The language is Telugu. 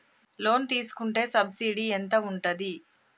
లోన్ తీసుకుంటే సబ్సిడీ ఎంత ఉంటది?